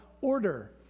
order